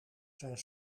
zijn